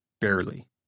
barely